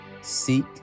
seek